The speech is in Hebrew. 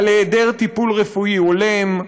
על היעדר טיפול רפואי הולם,